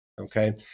okay